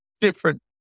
different